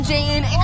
Jane